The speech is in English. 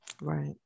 Right